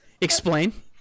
Explain